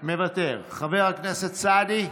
מוותר, חבר הכנסת סעדי,